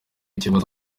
ikibazo